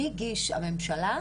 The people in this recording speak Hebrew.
מי הגיש הממשלה?